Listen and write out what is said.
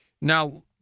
Now